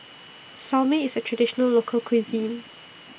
Salami IS A Traditional Local Cuisine